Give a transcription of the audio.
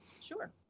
Sure